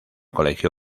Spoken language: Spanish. colegio